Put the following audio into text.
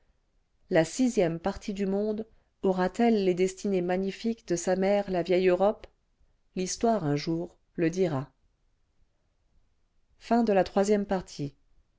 la sixième partie du inonde aura-t-elle les destinées magnifiques de sa mère la vieille europe l'histoire un jour le dira